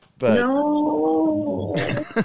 No